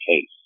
case